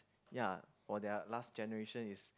ya for their last generation is